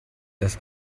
das